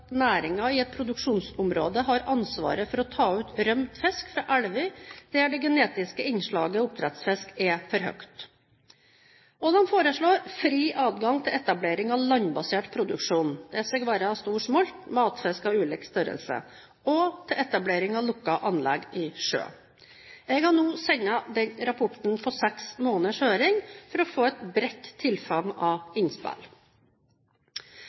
genetiske innslaget av oppdrettsfisk er for stort fri adgang til etablering av landbasert produksjon, det være seg smolt og matfisk av ulik størrelse, og til etablering av lukkede anlegg i sjø Jeg har nå sendt rapporten på en seks måneders høring for å få et bredt tilfang av innspill.